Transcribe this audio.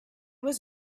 was